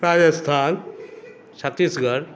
Rajasthan Chhattisgarh